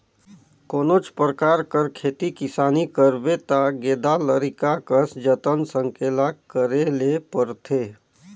कोनोच परकार कर खेती किसानी करबे ता गेदा लरिका कस जतन संकेला करे ले परथे